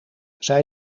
zij